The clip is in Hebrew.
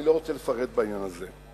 אני לא רוצה לפרט בעניין הזה.